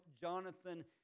Jonathan